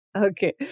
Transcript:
Okay